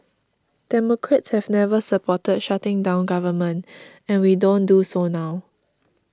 democrats have never supported shutting down government and we don't do so now